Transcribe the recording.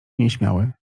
nieśmiały